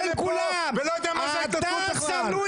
לפה ולא יודע מה זה --------- אני עובר